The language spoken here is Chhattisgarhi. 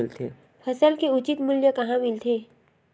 फसल के उचित मूल्य कहां मिलथे?